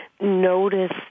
notice